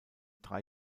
drei